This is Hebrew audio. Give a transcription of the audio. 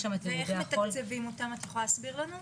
יש שם --- ואיך מתקצבים אותם את יכולה להסביר לנו?